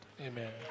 Amen